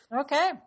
Okay